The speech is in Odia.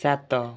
ସାତ